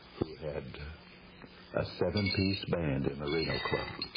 who had a seven piece band in the reno club.